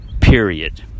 Period